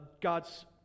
God's